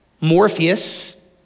Morpheus